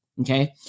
Okay